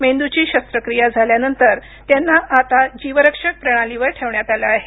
मेंदूची शस्त्रक्रिया झाल्यानंतर त्यांना आता जीवरक्षक प्रणालीवर ठेवण्यात आलं आहे